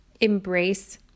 embrace